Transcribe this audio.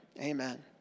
Amen